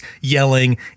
yelling